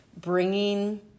bringing